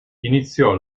iniziò